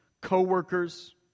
co-workers